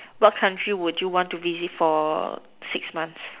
what country would you want to visit for six months